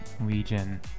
Legion